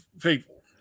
people